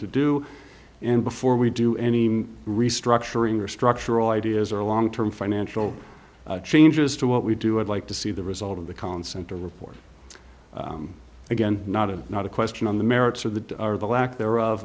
to do and before we do any restructuring or structural ideas or long term financial changes to what we do i'd like to see the result of the constant to report again not a not a question on the merits of the or the lack thereof